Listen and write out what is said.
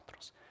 otros